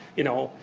you know,